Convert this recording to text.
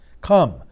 Come